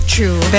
True